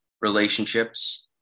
Relationships